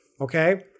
okay